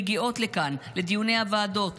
נגיע כולנו מול העולם,